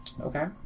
Okay